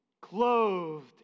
Clothed